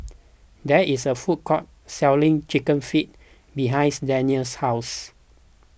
there is a food court selling Chicken Feet behinds Denny's house